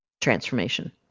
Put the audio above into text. transformation